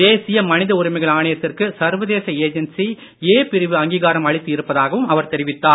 தேசிய மனித உரிமைகள் ஆணையத்திற்கு சர்வதேச ஏஜென்சி ஏ பிரிவு அங்கீகாரம் அளித்து இருப்பதாகவும் அவர் தெரிவித்தார்